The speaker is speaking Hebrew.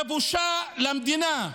זה בושה למדינה,